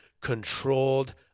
Controlled